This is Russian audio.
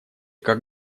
как